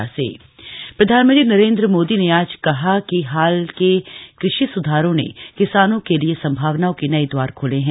मोदी मन की बात प्रधानमंत्री नरेन्द्र मोदी ने आज कहा कि हाल के क़षि सुधारों ने किसानों के लिए संभावनाओं के नए द्वार खोले हैं